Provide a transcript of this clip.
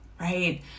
right